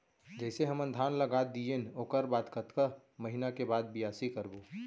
जइसे हमन धान लगा दिएन ओकर बाद कतका महिना के बाद बियासी करबो?